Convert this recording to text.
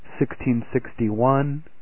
1661